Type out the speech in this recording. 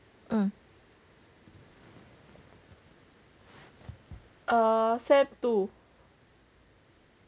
err sem two